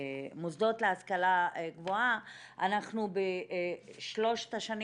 המוסדות להשכלה גבוהה אנחנו בשלוש השנים